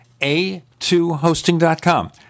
a2hosting.com